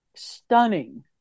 stunning